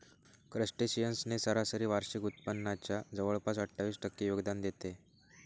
crustaceans ने सरासरी वार्षिक उत्पादनाच्या जवळपास अठ्ठावीस टक्के योगदान देते